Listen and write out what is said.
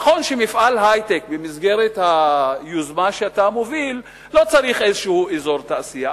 נכון שמפעל היי-טק במסגרת היוזמה שאתה מוביל לא צריך איזה אזור תעשייה,